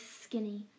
skinny